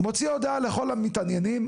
מוציא הודעה לכל המתעניינים,